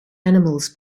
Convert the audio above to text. animals